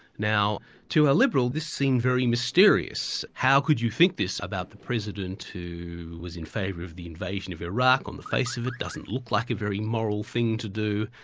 now to a liberal this seems very mysterious. how could you think this about the president who was in favour of the invasion of iraq, on the face of it, doesn't look like a very moral thing to do,